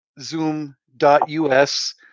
zoom.us